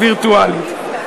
וירטואלית.